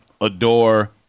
adore